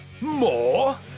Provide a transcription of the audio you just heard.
more